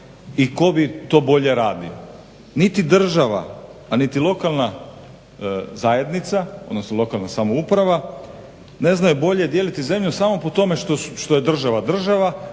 i tko bi to bolje radio. Niti država, a niti lokalna zajednica, odnosno lokalna samouprava ne znaju bolje dijeliti zemlju samo po tome što je država država